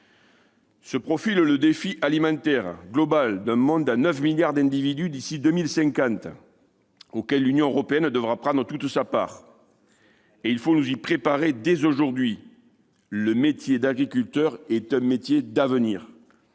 Se profile le défi alimentaire global d'un monde à 9 milliards d'individus d'ici à 2050, auquel l'Union européenne devra prendre toute sa part. Il faut nous y préparer dès aujourd'hui. Le métier d'agriculteur est un métier d'avenir.